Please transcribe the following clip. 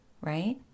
right